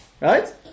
Right